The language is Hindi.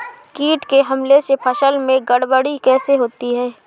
कीट के हमले से फसल में गड़बड़ी कैसे होती है?